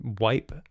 wipe